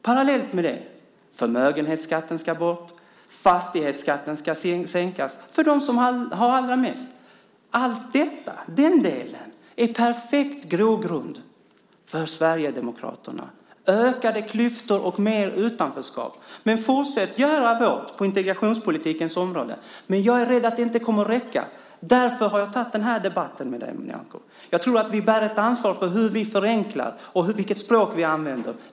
Parallellt med det ska förmögenhetsskatten bort och fastighetsskatten sänkas för dem som har allra mest. Den delen är en perfekt grogrund för Sverigedemokraterna - ökade klyftor och mer utanförskap. Men fortsätt med vår integrationspolitik. Men jag är rädd för att det inte kommer att räcka. Därför har jag tagit denna debatt med dig, Nyamko. Jag tror att vi har ett ansvar för hur vi förenklar och vilket språk vi använder.